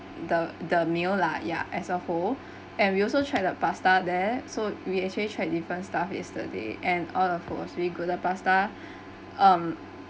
the the meal lah ya as a whole and we also tried the pasta there so we actually tried different stuff yesterday and all the food was really good the pasta um